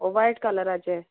वायट कलराचे